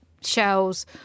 shells